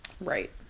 right